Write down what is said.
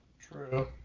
True